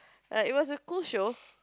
like it was a good show